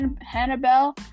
Hannibal